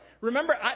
Remember